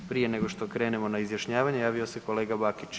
Prije nego što krenemo na izjašnjavanje, javio se kolega Bakić.